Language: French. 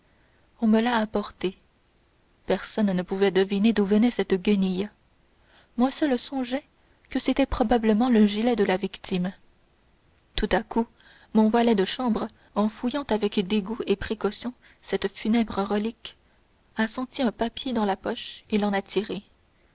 on me l'a apporté personne ne pouvait deviner d'où venait cette guenille moi seul songeai que c'était probablement le gilet de la victime tout à coup mon valet de chambre en fouillant avec dégoût et précaution cette funèbre relique a senti un papier dans la poche et l'en a tiré